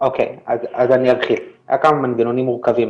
אז אני ארחיב, היו כמה מנגנונים מורכבים.